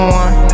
one